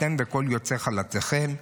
אתם וכל יוצאי חלציכם,